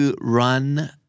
run